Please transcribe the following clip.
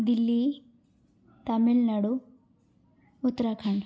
Delhi Tamil Nadu Uttarakhand